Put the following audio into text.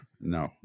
No